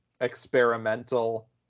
experimental